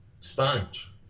sponge